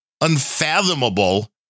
unfathomable